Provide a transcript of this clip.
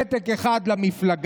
פתק אחד למפלגה,